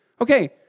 Okay